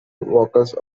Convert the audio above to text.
vocals